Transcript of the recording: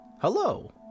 Hello